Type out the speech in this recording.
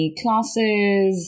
classes